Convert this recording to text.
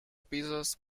pisos